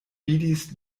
vidis